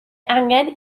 angen